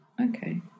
okay